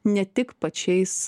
ne tik pačiais